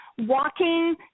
walking